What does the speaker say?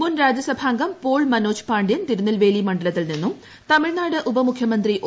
മുൻ രാജ്യസഭാംഗം പോൾ മനോജ് പാണ്ഡ്യൻ തിരുനെൽവേലി മണ്ഡലത്തിൽ നിന്നുംതമിഴ്നാട് ഉപമുഖ്യമന്ത്രി ഒ